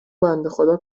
بندهخدا